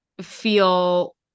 feel